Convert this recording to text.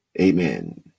Amen